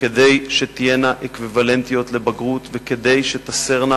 כדי שתהיינה אקוויוולנטיות לבגרות וכדי שתסרנה